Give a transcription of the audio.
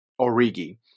Origi